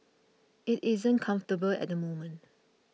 it isn't comfortable at the moment